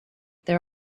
there